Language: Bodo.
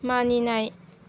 मानिनाय